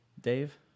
Dave